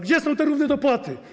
Gdzie są te równe dopłaty?